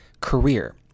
career